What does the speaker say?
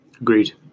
Agreed